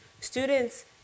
students